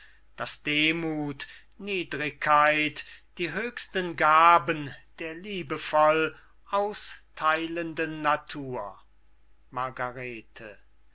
daß demuth niedrigkeit die höchsten gaben der liebevoll austheilenden natur margarete